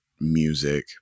music